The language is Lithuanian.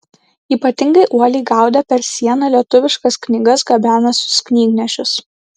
ypatingai uoliai gaudė per sieną lietuviškas knygas gabenusius knygnešius